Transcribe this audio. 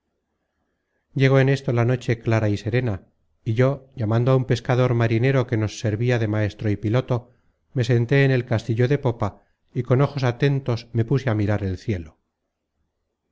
llegó en esto la noche clara y serena y yo llamando á un pescador marinero que nos servia de maestro y piloto me senté en el castillo de popa y con ojos atentos me puse a mirar el cielo